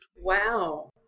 Wow